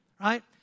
right